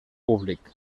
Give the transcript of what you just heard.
públic